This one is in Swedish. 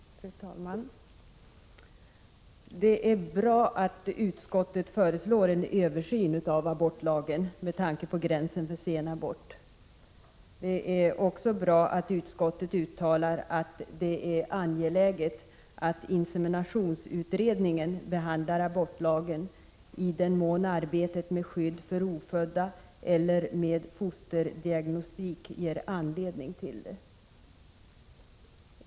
Fru talman! Det är bra att utskottet föreslår en översyn av abortlagen med tanke på gränsen för sen abort. Det är bra att utskottet uttalar att det är angeläget att inseminationsutredningen behandlar abortlagen i den mån arbetet med skydd för ofödda eller med fosterdiagnostik ger anledning till det.